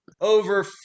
Over